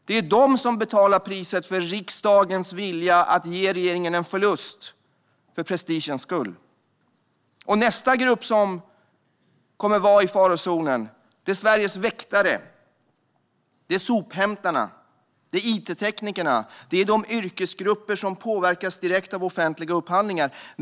Det är de som betalar priset för riksdagens vilja att för prestigens skull ge regeringen en förlust. De som härnäst kommer att vara i farozonen är Sveriges väktare, sophämtare och it-tekniker. Det är de yrkesgrupper som påverkas direkt av offentliga upphandlingar.